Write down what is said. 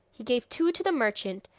he gave two to the merchant,